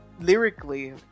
lyrically